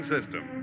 System